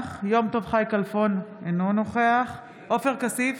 נוכח יום טוב חי כלפון, אינו נוכח עופר כסיף,